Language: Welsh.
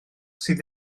sydd